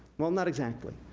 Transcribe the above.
well, not exactly,